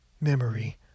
memory